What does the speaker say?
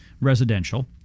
Residential